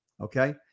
Okay